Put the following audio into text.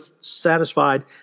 satisfied